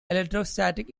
electrostatic